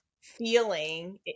feeling